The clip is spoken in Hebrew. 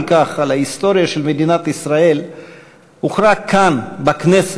כך על ההיסטוריה של מדינת ישראל הוכרעה כאן בכנסת,